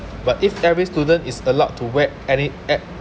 but if every student is allowed to wear any uh